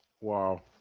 Wow